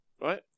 right